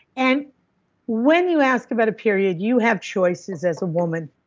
and when you ask about a period you have choices as a woman.